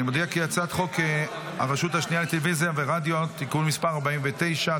אני מודיע כי הצעת חוק הרשות השנייה לטלוויזיה ורדיו (תיקון מס' 49),